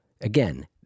again